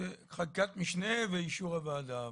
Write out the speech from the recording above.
חקיקת משנה ואישור הוועדה,